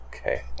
Okay